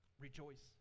Rejoice